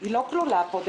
היא לא כלולה פה.